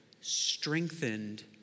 strengthened